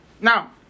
Now